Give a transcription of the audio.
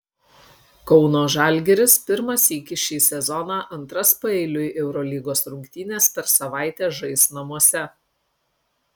kauno žalgiris pirmą sykį šį sezoną antras paeiliui eurolygos rungtynes per savaitę žais namuose